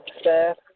staff